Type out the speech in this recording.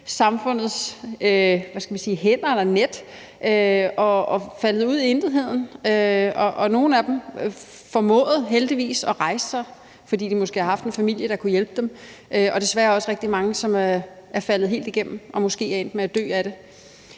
samfundets hænder eller net og er faldet ud i intetheden. Nogle af dem formåede heldigvis at rejse sig, fordi de måske har haft en familie, der kunne hjælpe dem. Der er desværre også rigtig mange, som er faldet helt igennem og måske er endt med at dø af det.